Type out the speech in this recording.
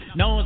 no